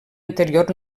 anterior